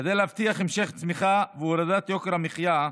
כדי להבטיח המשך צמיחה והורדת יוקר מחיה,